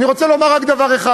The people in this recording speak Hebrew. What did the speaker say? אני רוצה לומר רק דבר אחד: